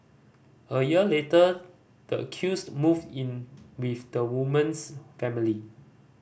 a year later the accused moved in with the woman's family